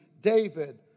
David